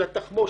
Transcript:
התחמושת,